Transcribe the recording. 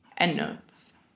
Endnotes